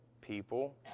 people